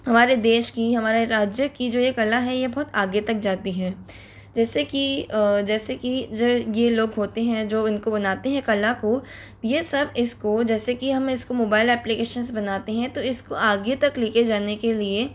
हमारे देश की हमारे राज्य की जो ये कला है ये बहुत आगे तक जाती है जैसे कि जैसे ये लोग होते हैं जो इनको बनाते हैं कला को ये सब इसको जैसे कि हम इसको मोबाइल एप्लीकेशंस बनाते हैं तो इसको आगे तक लेके जाने के लिए